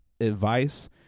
advice